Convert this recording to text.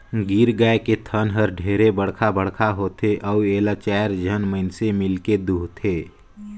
गीर गाय के थन हर ढेरे बड़खा बड़खा होथे अउ एला चायर झन मइनसे मिलके दुहथे